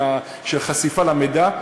של חשיפה למידע.